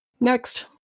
next